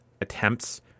attempts